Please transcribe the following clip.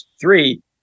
three